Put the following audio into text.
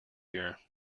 year